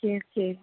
okay okay